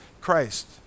Christ